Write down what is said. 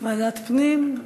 ועדת הפנים.